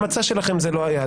במצע שלכם זה לא היה,